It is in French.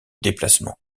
déplacement